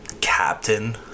captain